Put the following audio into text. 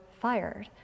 fired